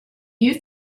you